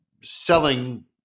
selling